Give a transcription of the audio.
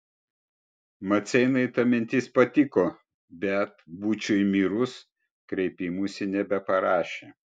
maceinai ta mintis patiko bet būčiui mirus kreipimosi nebeparašė